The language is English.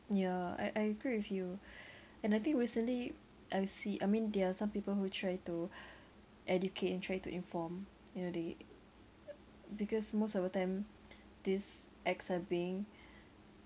yeah I I agree with you and I think recently I've see I mean there are some people who try to educate and try to inform you know they because most of the time these acts are being